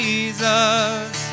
Jesus